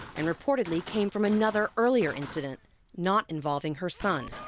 and reportedly came from another earlier incident not involving her son.